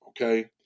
okay